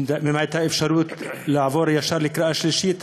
אלא שאם הייתה אפשרות לעבור ישר לקריאה שלישית,